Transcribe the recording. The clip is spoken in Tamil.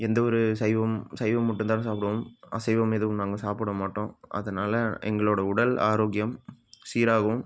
எந்த ஒரு சைவம் சைவம் மட்டும்தான் சாப்பிடுவோம் அசைவம் எதுவும் நாங்கள் சாப்பிட மாட்டோம் அதனால் எங்களோட உடல் ஆரோக்கியம் சீராகவும்